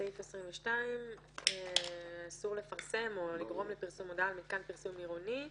סעיף 22. אסור לפרסם או לגרום לפרסום הודעה על מתקן פרסום עירוני,